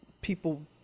people